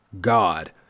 God